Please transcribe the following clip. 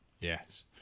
Yes